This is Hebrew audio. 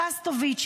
שסטוביץ,